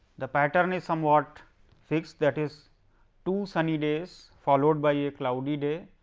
the pattern is somewhat fixed that is two sunny days followed by a cloudy day,